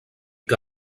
que